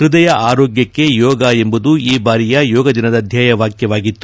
ಪೃದಯ ಆರೋಗ್ಟಕ್ಕೆ ಯೋಗ ಎಂಬುದು ಈ ಬಾರಿಯ ಯೋಗ ದಿನದ ಧ್ಯೇಯವಾಕ್ಕವಾಗಿತ್ತು